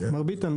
מר ביטן,